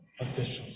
officials